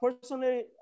personally